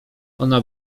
ona